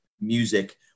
music